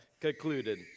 concluded